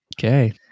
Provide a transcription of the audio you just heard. Okay